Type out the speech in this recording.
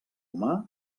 humà